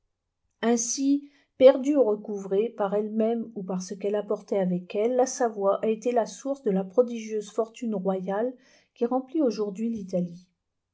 ainsi perdue ou recouvrée par elle-même ou par ce qu'elle apportait avec elle la savoie a été la source de la prodigieuse fortune royale qui remplit aujourd'hui l'italie